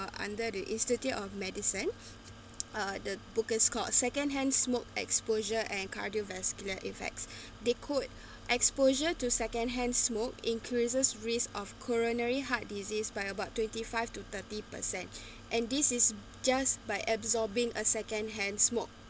uh under the institute of medicine uh the book is called secondhand smoke exposure and cardiovascular effects they could exposure to secondhand smoke increases risk of coronary heart disease by about twenty five to thirty percent and this is just by absorbing a secondhand smoke